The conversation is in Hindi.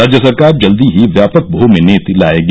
राज्य सरकार जल्दी ही व्यापक भूमि नीति लाएगी